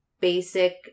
basic